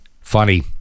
Funny